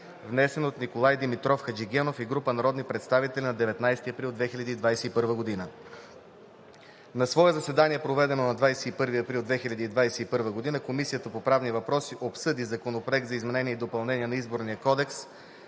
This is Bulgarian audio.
внесен от Николай Димитров Хаджигенов и група народни представители на 19 април 2021 г. На свое заседание, проведено на 21 април 2021 г., Комисията по правни въпроси обсъди посочените законопроекти за изменение и допълнение на Изборния кодекс.